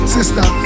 Sister